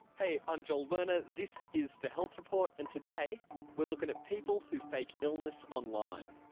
hey, i'm joel werner, this is the health report, and today we are looking at people who fake illness online.